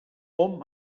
hom